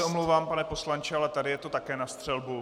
Omlouvám se, pane poslanče, ale tady je to také na střelbu.